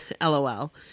lol